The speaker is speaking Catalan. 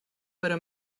però